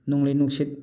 ꯅꯣꯡꯂꯩ ꯅꯨꯡꯁꯤꯠ